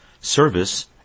service